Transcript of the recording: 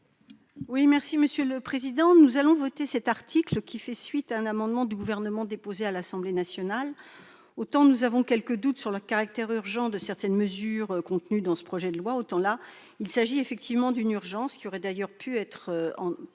Laurence Cohen, sur l'article. Nous allons voter cet article, qui émane d'un amendement du Gouvernement déposé à l'Assemblée nationale. Autant nous avons quelques doutes sur le caractère urgent de certaines mesures contenues dans ce projet de loi, autant, en l'espèce, il s'agit effectivement d'une urgence, qui aurait d'ailleurs pu faire